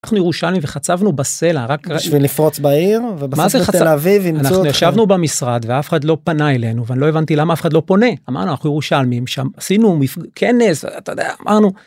אנחנו ירושלמים וחצבנו בסלע רק... בשביל לפרוץ בעיר אנחנו ישבנו במשרד ואף אחד לא פנה אלינו ואני לא הבנתי למה אף אחד לא פונה אמרנו אנחנו ירושלמים שם עשינו כנס אמרנו.